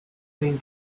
been